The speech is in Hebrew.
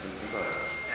אין בעיה.